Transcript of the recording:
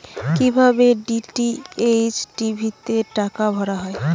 কি ভাবে DTH TV তে টাকা ভরা হয়?